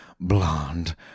blonde